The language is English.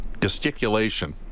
gesticulation